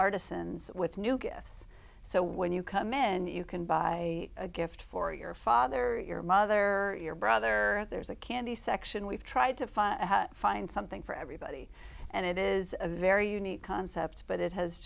artisans with new gifts so when you come in you can buy a gift for your father your mother or your brother there's a candy section we've tried to find find something for everybody and it is a very unique concept but it has